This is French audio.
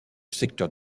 secteur